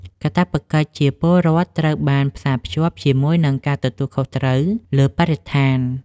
កាតព្វកិច្ចជាពលរដ្ឋត្រូវបានផ្សារភ្ជាប់ជាមួយនឹងការទទួលខុសត្រូវលើបរិស្ថាន។